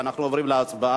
אנחנו עוברים להצבעה.